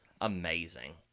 amazing